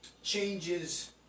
Changes